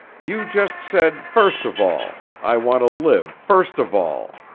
you just said first of all. i want to live, first of all.